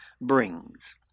brings